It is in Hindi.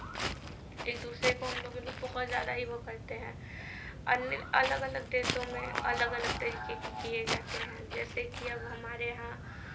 एक दूसरे को हम लोग मतलब बहुत ज़्यादा ही वो करते हैं अन्य अलग अलग देशों में अलग अलग तरीके के किए जाते हैं जैसे कि अब हमारे यहाँ